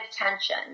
attention